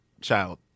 child